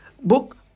book